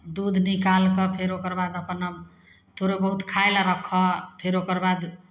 दूध निकालि कऽ फेर ओकर बाद अपना थोड़े बहुत खाय लए रखऽ फेर ओकर बाद